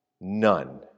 None